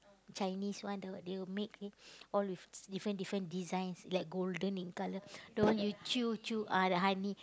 Chinese one they they will make all with different different designs like golden in colour the one you chew chew ah the honey